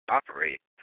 operate